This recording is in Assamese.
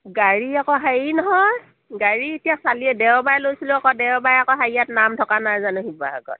গাড়ী আকৌ হেৰি নহয় গাড়ী এতিয়া চালিয়ে দেওবাৰে লৈছিলোঁ আকৌ দেওবাৰে আকৌ হেৰিয়াত নাম থকা নাই জানো শিৱসাগৰ